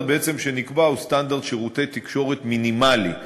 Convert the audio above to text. בעצם הסטנדרט שנקבע הוא סטנדרט שירותי תקשורת מינימלי.